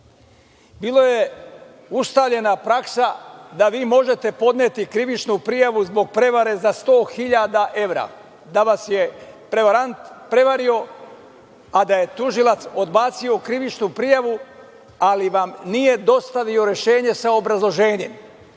bilo je ustaljena praksa da vi možete podneti krivičnu prijavu zbog prevare za 100 hiljada evra, da vas je prevarant prevario a da je tužilac odbacio krivičnu prijavu, ali vam nije dostavio rešenje sa obrazloženjem.